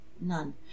none